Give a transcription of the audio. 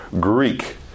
Greek